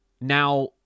Now